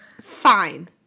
fine